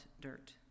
dirt